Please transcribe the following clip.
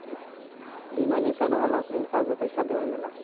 बीमा जइसन रहला ओकरे हिसाब से पइसा देवल जाला